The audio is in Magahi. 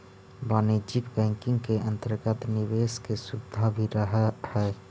वाणिज्यिक बैंकिंग के अंतर्गत निवेश के सुविधा भी रहऽ हइ